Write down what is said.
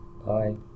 Bye